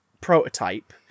prototype